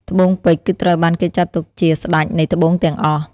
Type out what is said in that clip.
ត្បូងពេជ្រ គឺត្រូវបានគេចាត់ទុកជាស្តេចនៃត្បូងទាំងអស់។